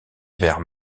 vers